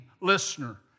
listener